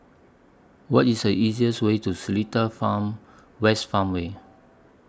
What IS The easier's Way to Seletar Farm West Farmway